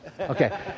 Okay